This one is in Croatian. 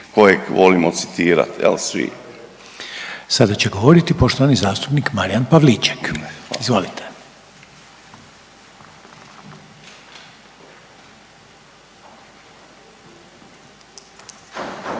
Željko (HDZ)** Sada će govoriti poštovani zastupnik Marijan Pavliček, izvolite.